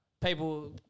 people